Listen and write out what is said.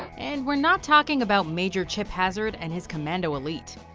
and we're not talking about major chip hazard and his commando elite.